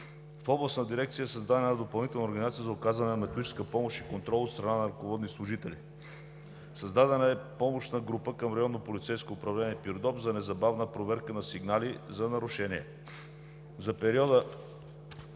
В Областната дирекция е създадена допълнителна организация за оказване на методическа помощ и контрол от страна на ръководни служители. Създадена е помощна група към Районно полицейско управление – Пирдоп, за незабавна проверка на сигнали за нарушение. За периода